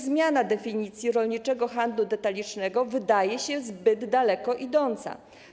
Zmiana definicji rolniczego handlu detalicznego wydaje się również zbyt daleko idąca.